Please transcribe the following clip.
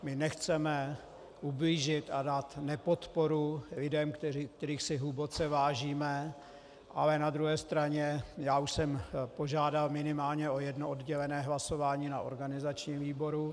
My nechceme ublížit a dát nepodporu lidem, kterých si hluboce vážíme, ale na druhé straně už jsem požádal minimálně o jedno oddělené hlasování na organizačním výboru.